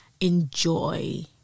enjoy